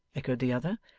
echoed the other.